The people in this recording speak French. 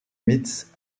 mitz